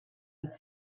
with